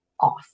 off